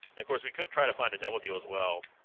of course we could try to find a double deal as well